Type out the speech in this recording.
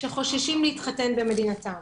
שחוששים להתחתן במדינתם.